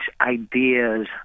ideas